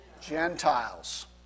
Gentiles